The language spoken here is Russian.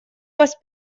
вас